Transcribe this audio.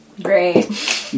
Great